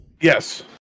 Yes